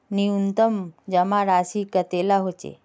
न्यूनतम जमा राशि कतेला होचे?